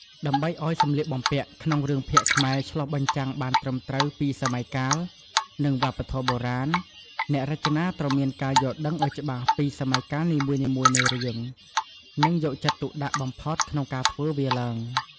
ដើម្បីឱ្យសម្លៀកបំពាក់ក្នុងរឿងភាគខ្មែរឆ្លុះបញ្ចាំងបានត្រឹមត្រូវពីសម័យកាល និងវប្បធម៌បុរាណ អ្នករចនាត្រូវមានការយល់ដឹងអោយច្បាស់ពីសម័យកាលនីមួយៗនៃរឿង នឹងយកចិត្តទុកដាក់បំផុតក្នុងការធ្វើវាឡើង ។